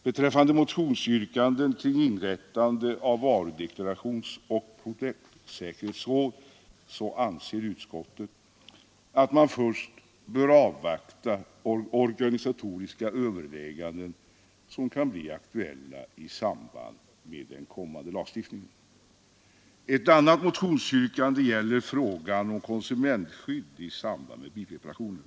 Beträffande motionsyrkandena kring inrättande av varudeklarationsoch produktsäkerhetsråd anser utskottet att man först bör avvakta organisatoriska överväganden, som kan bli aktuella i samband med den kommande lagstiftningen. Ett annat motionsyrkande gäller konsumentskydd i samband med bilreparationer.